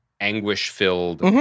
anguish-filled